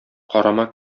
карама